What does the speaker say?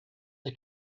the